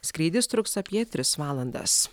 skrydis truks apie tris valandas